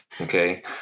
Okay